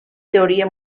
teoria